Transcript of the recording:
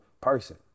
person